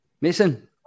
Mason